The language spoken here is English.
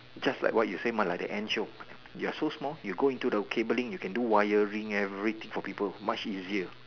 just like what you said mah like the Ant joke you're so small you go into the cabling you can do wiring everything for people much easier